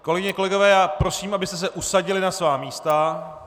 Kolegyně, kolegové, prosím, abyste se usadili na svá místa.